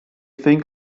think